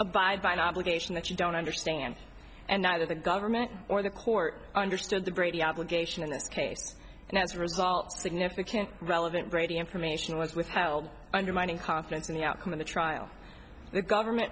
abide by an obligation that you don't understand and neither the government or the court understood the brady obligation in this case and as a result significant relevant brady information was withheld undermining confidence in the outcome of the trial the government